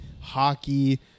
hockey